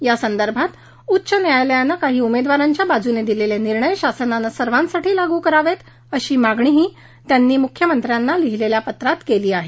यासंदर्भात उच्च न्यायालयानं काही उमेदवारांच्या बाजूनं दिलेले निर्णय शासनानं सर्वांसाठी लागू करावे अशी मागणीही त्यांनी मुख्यमंत्र्यांना लिहीलेल्या पत्रात केली आहे